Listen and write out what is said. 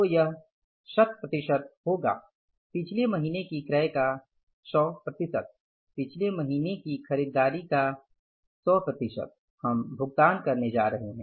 तो यह शत प्रतिशत होगा पिछले महीने की क्रय का 100 प्रतिशत पिछले महीने की खरीदारी का सौ प्रतिशत हम भुगतान करने जा रहे हैं